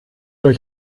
euch